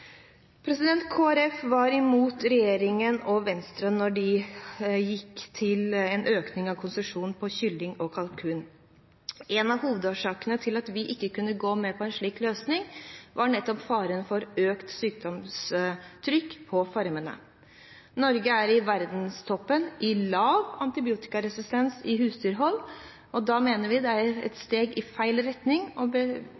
var imot regjeringen og Venstre da de gikk til en økning av konsesjonsgrensen for kylling og kalkun. En av hovedårsakene til at vi ikke kunne gå med på en slik løsning, var nettopp faren for økt sykdomstrykk på farmene. Norge er i verdenstoppen når det gjelder lavt nivå av antibiotikaresistens i husdyrhold, og da mener vi det er et steg i feil retning å